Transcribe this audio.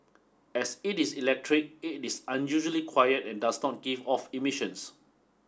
as it is electric it is unusually quiet and does not give off emissions